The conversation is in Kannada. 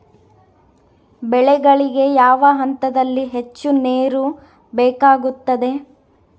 ಬೆಳೆಗಳಿಗೆ ಯಾವ ಹಂತದಲ್ಲಿ ಹೆಚ್ಚು ನೇರು ಬೇಕಾಗುತ್ತದೆ?